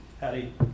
Howdy